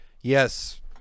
yes